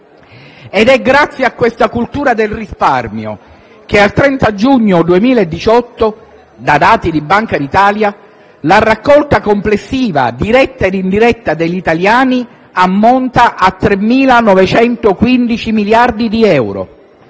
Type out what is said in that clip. È grazie alla cultura del risparmio che al 30 giugno 2018, da dati di Banca d'Italia, la raccolta complessiva diretta e indiretta degli italiani ammonta a 3.915 miliardi di euro,